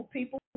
People